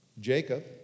Jacob